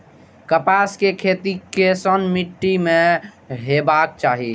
कपास के खेती केसन मीट्टी में हेबाक चाही?